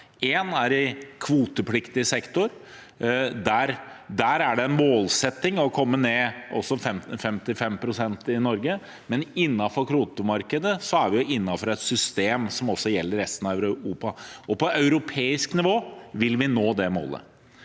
er i kvotepliktig sektor. Der er det også i Norge en målsetting å komme ned 55 pst., men innenfor kvotemarkedet er vi innenfor et system som også gjelder for resten av Europa. På europeisk nivå vil vi nå det målet.